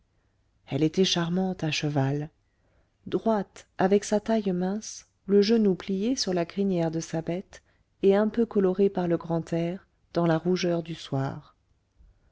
elle était charmante à cheval droite avec sa taille mince le genou plié sur la crinière de sa bête et un peu colorée par le grand air dans la rougeur du soir